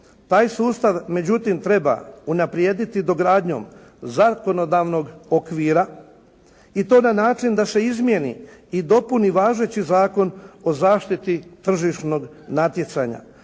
Taj sustav međutim treba unaprijediti dogradnjom zakonodavnog okvira i to na način da se izmijeni i dopuni važeći Zakon o zaštiti tržišnog natjecanja